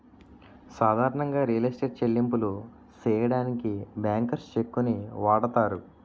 సాధారణంగా real estate చెల్లింపులు సెయ్యడానికి బ్యాంకర్స్ చెక్కుని వాడతారు